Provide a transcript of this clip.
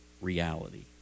reality